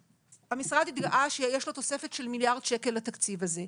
המשרד התגאה שיש לו תוספת של מיליארד שקל לתקציב הזה.